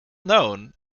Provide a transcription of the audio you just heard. known